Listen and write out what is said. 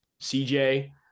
CJ